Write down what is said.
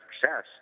success